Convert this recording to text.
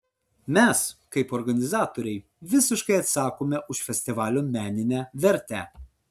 mes kaip organizatoriai visiškai atsakome už festivalio meninę vertę